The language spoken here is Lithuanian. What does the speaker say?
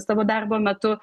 savo darbo metu